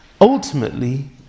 ultimately